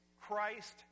Christ